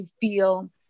feel